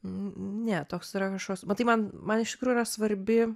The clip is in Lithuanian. ne toks yra kašoks matai man man iš tikrųjų svarbi